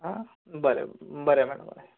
आं बरें मॅडम बाय